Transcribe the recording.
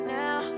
now